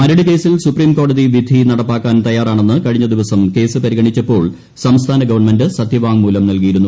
മരട് കേസിൽ സുപ്രീംകോടതി വിധി നടപ്പാക്കാൻ തയ്യാറാണെന്ന് കഴിഞ്ഞ ദിവസം കേസ് പരിഗണിച്ചപ്പോൾ സംസ്ഥാന ഗവൺമെന്റ് സത്യവാങ്മൂലം നൽകിയിരുന്നു